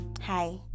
hi